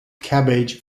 cabbage